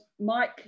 Mike